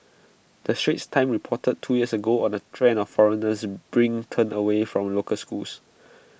the straits times reported two years ago on the trend of foreigners bring turned away from local schools